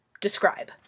describe